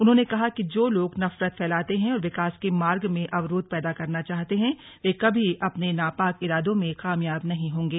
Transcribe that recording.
उन्होंने कहा कि जो लोग नफरत फैलाते हैं और विकास के मार्ग में अवरोध पैदा करना चाहते हैं वे कभी अपने नापाक इरादों में कामयाब नहीं होंगे